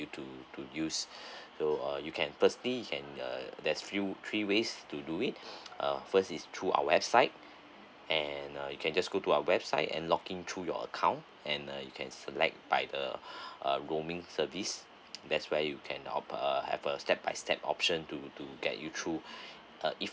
to to use so uh you can firstly you can uh there's few three ways to do it uh first is through our website and uh you can just go to our website and login through your account and uh you can select by the uh roaming service there's where you can opt uh have a step by step option to to get you through the if